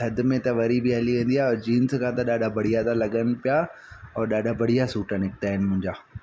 थधि में त वरी बि हली वेंदी आहे जींस खां त ॾाढा बढ़िया था लॻनि पिया औरि ॾाढा बढ़िया सूट निकिता आहिनि मुंहिंजा